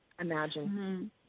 imagine